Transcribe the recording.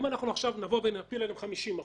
בנק ולהביא מהמעסיק את התלושים.